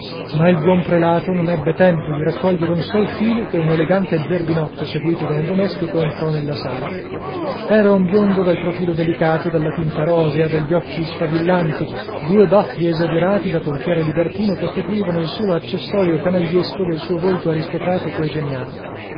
ma il buon prelato non ebbe tempo di raccogliere un sol filo che un elegante zerbinotto seguito da un domestico entrò nella sala era un biondo dal profilo delicato dalla tinta rosea dagli occhi sfavillanti due baffi esagerati da pompiere libertino costituivano il solo accessorio canagliesco del suo volto aristocratico e geniale